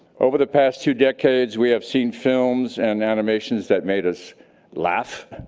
over the past two decades, we have seen films and animations that made us laugh,